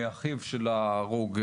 מאחיו של ההורג,